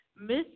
Miss